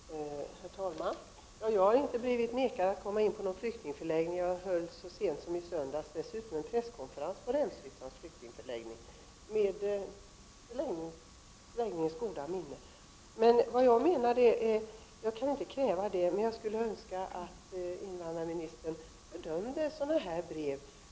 Herr talman! Jag har inte blivit nekad att komma in på någon flyktingförläggning. Jag höll dessutom så sent som i söndags en presskonferens på Rämshyttans flyktingförläggning, med förläggningsledningens goda minne. Jag kan inte kräva det, men jag önskar att invandrarministern fördömer skrivelser av det slag som jag har nämnt i min fråga.